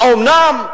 האומנם?